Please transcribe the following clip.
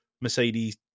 Mercedes